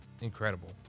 incredible